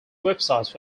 website